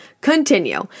continue